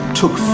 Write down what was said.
took